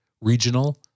regional